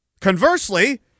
Conversely